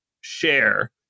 share